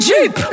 Jeep